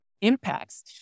impacts